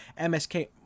MSK